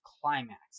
climax